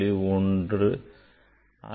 1 அல்லது plus minus 0